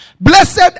Blessed